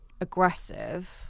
aggressive